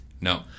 No